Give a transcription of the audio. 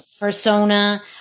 persona